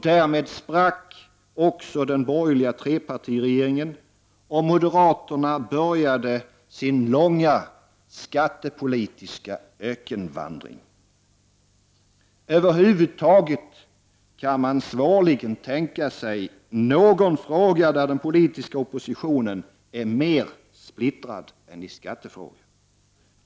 Därmed sprack den bogerliga trepartiregeringen, och moderaterna började sin långa skattepolitiska ökenvandring. Över huvud taget kan man svårligen tänka sig någon fråga där den politiska oppositionen är mera splittrad än i skattefrågan.